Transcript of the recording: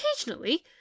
occasionally